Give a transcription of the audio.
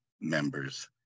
members